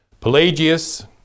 Pelagius